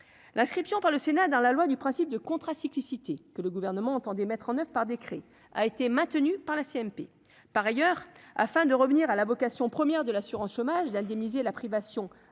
l'inscription par le Sénat dans la loi du principe de contrat cyclicité que le gouvernement entendait mettre en neuf, par décret, a été maintenu par la CMP, par ailleurs, afin de revenir à la vocation première de l'assurance chômage d'indemniser la privation